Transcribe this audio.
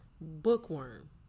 bookworm